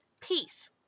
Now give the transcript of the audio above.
Peace